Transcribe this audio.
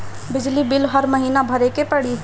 बिजली बिल हर महीना भरे के पड़ी?